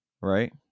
right